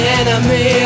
enemy